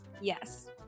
Yes